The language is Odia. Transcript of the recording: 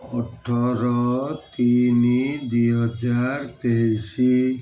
ଅଠର ତିନି ଦୁଇ ହଜାର ତେଇଶି